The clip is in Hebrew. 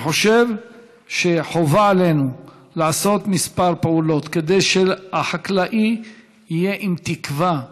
אני חושב שחובה עלינו לעשות כמה פעולות כדי שהחקלאי יהיה עם תקווה,